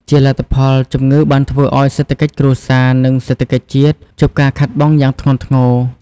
ជាលទ្ធផល ជំងឺបានធ្វើឱ្យសេដ្ឋកិច្ចគ្រួសារ និងសេដ្ឋកិច្ចជាតិជួបការខាតបង់យ៉ាងធ្ងន់ធ្ងរ។